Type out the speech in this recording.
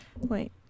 Wait